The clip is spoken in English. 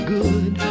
good